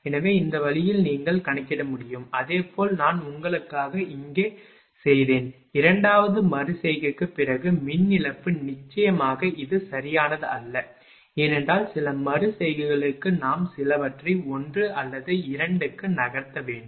எனவே இந்த வழியில் நீங்கள் கணக்கிட முடியும் அதே போல் நான் உங்களுக்காக இங்கே செய்தேன் இரண்டாவது மறு செய்கைக்குப் பிறகு மின் இழப்பு நிச்சயமாக இது சரியானதல்ல ஏனென்றால் சில மறு செய்கைகளுக்கு நாம் சிலவற்றை 1 அல்லது 2 க்கு நகர்த்த வேண்டும்